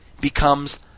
becomes